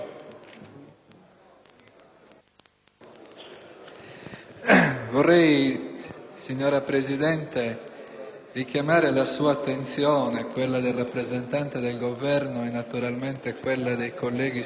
*(PD)*. Signora Presidente, vorrei richiamare la sua attenzione, quella del rappresentante del Governo e naturalmente quella dei colleghi senatori